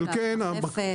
שחפת.